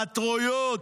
פטריוט,